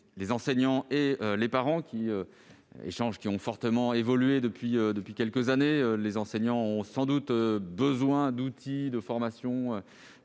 les enseignants et les parents, qui ont fortement évolué depuis quelques années. Les enseignants ont sans doute besoin d'outils de formation